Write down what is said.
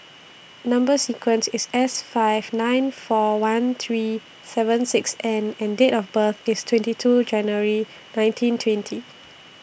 Number sequence IS S five nine four one three seven six N and Date of birth IS twenty two January nineteen twenty